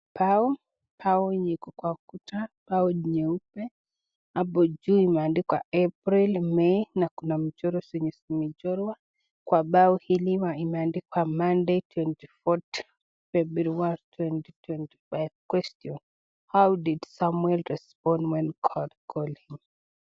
Mbao, mbao yenye iko kwa ukuta, mbao nyeupe, ambalo juu imeandikwa April, May, na kuna mchoro zenye zimechorwa. Kwa mbao hili imeandikwa Monday 24th February 2025. Question, how did Samuel respond when God called him.